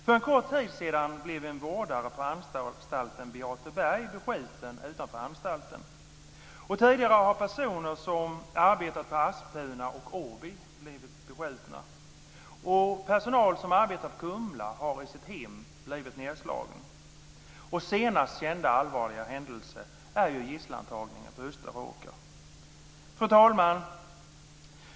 För en kort tid sedan blev en vårdare på anstalten Beateberg beskjuten utanför anstalten. Tidigare har personer som arbetat på Asptuna och Åby blivit beskjutna. Personal som arbetar på Kumla har i sitt hem blivit nedslagen. Senast kända allvarliga händelse är gisslantagningen på Österåker. Fru talman!